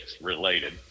related